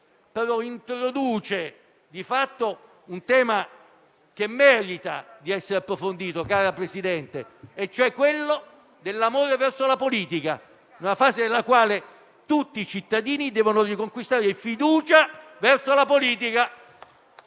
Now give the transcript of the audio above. introduce di fatto un tema che merita di essere approfondito, e cioè quello dell'amore per la politica in una fase nella quale tutti i cittadini devono riconquistare fiducia nei suoi